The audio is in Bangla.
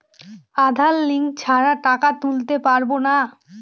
আধার লিঙ্ক ছাড়া টাকা তুলতে পারব না?